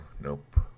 Nope